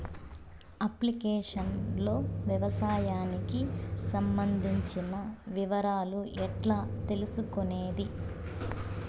Application లో వ్యవసాయానికి సంబంధించిన వివరాలు ఎట్లా తెలుసుకొనేది?